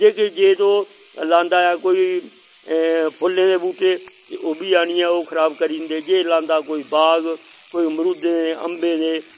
जे तो लांदा ऐ कोई फुल्लें दे बुह्टे ते ओह्बी आहनियै ओह् खराब करी जंदे जे लांदा कोई बाग कोई मरूदें दे अम्बें दे